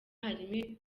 harimo